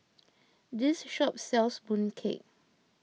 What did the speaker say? this shop sells Mooncake